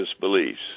beliefs